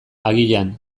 agian